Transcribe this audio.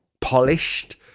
polished